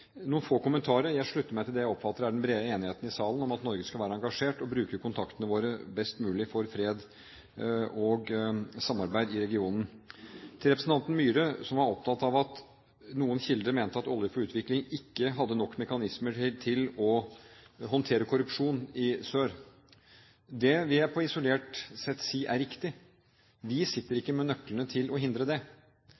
Noen få kommentarer: Jeg slutter meg til det jeg oppfatter er den brede enigheten i salen om at Norge skal være engasjert, og bruke kontaktene våre best mulig for fred og samarbeid i regionen. Til representanten Myhre som var opptatt av at noen kilder mente at Olje for utvikling ikke hadde nok mekanismer til å håndtere korrupsjon i sør: Det vil jeg isolert sett si er riktig. Vi sitter